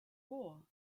war